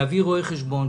להביא רואה חשבון,